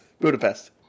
Budapest